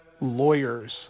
lawyers